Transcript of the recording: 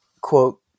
quote